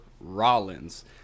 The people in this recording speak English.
Rollins